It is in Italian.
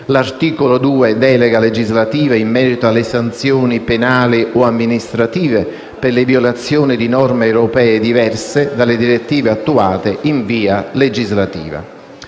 L'articolo 2 reca delega legislativa in merito alle sanzioni penali o amministrative, per le violazioni di norme europee diverse dalle direttive attuate in via legislativa.